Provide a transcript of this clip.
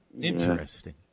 Interesting